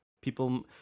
people